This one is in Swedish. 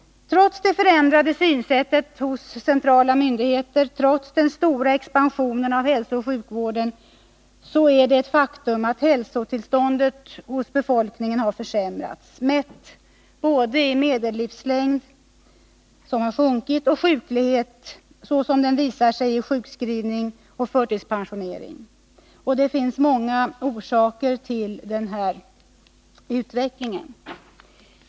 Trots det förändrade synsättet hos centrala myndigheter, trots den stora expansionen av hälsooch sjukvården, är det ett faktum att hälsotillståndet hos befolkningen har försämrats, mätt både i medellivslängd — den har sjunkit — och sjuklighet som den visar sig i sjukskrivning och förtidspensionering. Det finns många orsaker till denna utveckling.